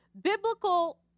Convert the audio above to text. Biblical